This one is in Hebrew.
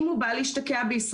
אם הוא בא להשתקע בישראל,